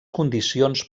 condicions